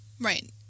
Right